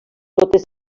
totes